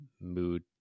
mood